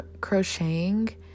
crocheting